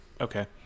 Okay